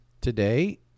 today